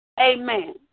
Amen